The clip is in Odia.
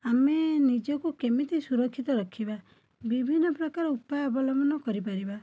ଆମେ ନିଜକୁ କେମିତି ସୁରକ୍ଷିତ ରଖିବା ବିଭିନ୍ନ ପ୍ରକାର ଉପାୟ ଅବଲମ୍ବନ କରିପାରିବା